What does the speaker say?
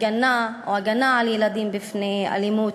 או הגנה על ילדים מפני אלימות,